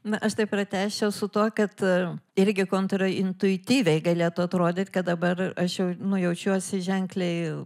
na aš tai pratęsčiau su tuo kad irgi kontrintuityviai galėtų atrodyt kad dabar aš jau jaučiuosi ženkliai